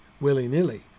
willy-nilly